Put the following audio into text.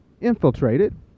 infiltrated